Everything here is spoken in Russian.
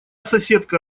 соседка